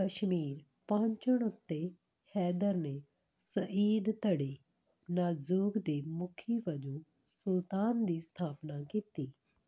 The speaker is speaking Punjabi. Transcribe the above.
ਕਸ਼ਮੀਰ ਪਹੁੰਚਣ ਉੱਤੇ ਹੈਦਰ ਨੇ ਸਈਦ ਧੜੇ ਨਾਜ਼ੁਕ ਦੇ ਮੁਖੀ ਵਜੋਂ ਸੁਲਤਾਨ ਦੀ ਸਥਾਪਨਾ ਕੀਤੀ